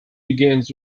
begins